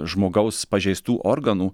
žmogaus pažeistų organų